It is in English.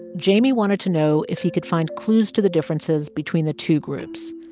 jamie wanted to know if he could find clues to the differences between the two groups,